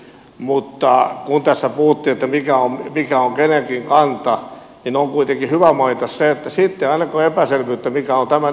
mutta kun tässä puhuttiin mikä on kenenkin kanta niin on kuitenkin hyvä mainita se että siitä ei ole ainakaan epäselvyyttä mikä on tämän eduskunnan kanta